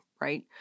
right